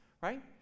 right